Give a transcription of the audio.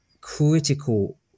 critical